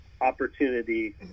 opportunity